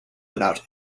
without